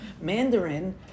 Mandarin